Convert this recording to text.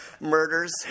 murders